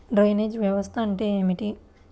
Drainage వ్యవస్థ అంటే ఏమిటి?